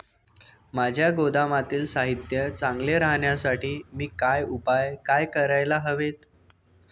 माझ्या गोदामातील साहित्य चांगले राहण्यासाठी मी काय उपाय काय करायला हवेत?